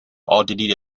奥地利